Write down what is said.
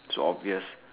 so obvious